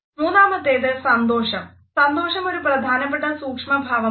മൂന്നാമത്തേത് സന്തോഷം സന്തോഷം ഒരു പ്രധാനപ്പെട്ട സൂക്ഷ്മഭാവമാണ്